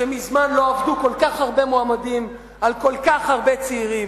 שמזמן לא עבדו כל כך הרבה מועמדים על כל כך הרבה צעירים.